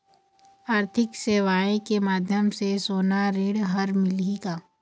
आरथिक सेवाएँ के माध्यम से सोना ऋण हर मिलही का?